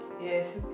Yes